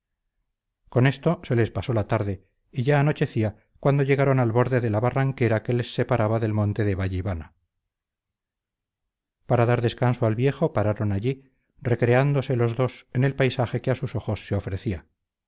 con esto se les pasó la tarde y ya anochecía cuando llegaron al borde de la barranquera que les separaba del monte de vallivana para dar descanso al viejo pararon allí recreándose los dos en el paisaje que a sus ojos se ofrecía